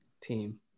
team